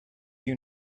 you